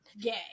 gay